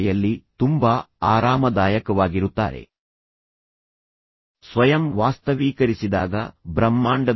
ತನ್ನ ಕೆಲವು ಈಡೇರದ ಕನಸುಗಳು ತನ್ನ ಮಗನಿಗೆ ಸಾಧ್ಯವಾಗುತ್ತವೆ ಎಂದು ಅವನು ವಾಸ್ತವೀಕರಿಸಲು ಆಶಿಸುತ್ತಾನೆಯೇ